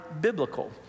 biblical